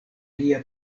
lia